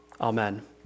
Amen